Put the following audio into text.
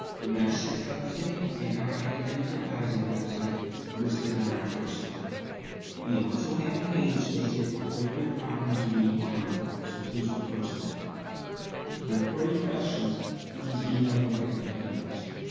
the registers website and our academic advising website listed on our first slide we also have a page listed for frequent problems you may encounter so please refer to that if you have further questions please e-mail your academic advisor